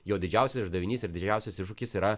jo didžiausias uždavinys ir didžiausias iššūkis yra